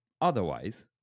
Otherwise